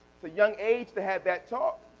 so, young age to have that talk.